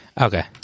Okay